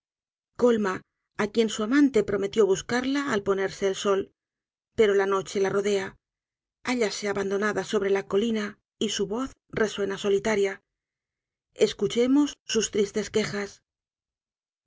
colma á quien su amante prometió buscarla al ponerse el sol pero la noche la rodea hállase abandonada sobre la colina y su voz resuena solitaria escuchemos sus tristes quejas